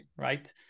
right